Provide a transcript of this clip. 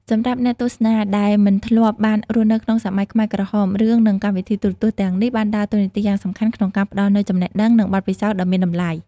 សម្រាប់អ្នកទស្សនាដែលមិនធ្លាប់បានរស់នៅក្នុងសម័យខ្មែរក្រហម រឿង និងកម្មវិធីទូរទស្សន៍ទាំងនេះបានដើរតួនាទីយ៉ាងសំខាន់ក្នុងការផ្តល់នូវចំណេះដឹង និងបទពិសោធន៍ដ៏មានតម្លៃ។